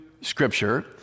scripture